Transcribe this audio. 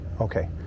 okay